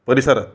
परिसरात